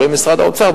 אומרים משרד האוצר,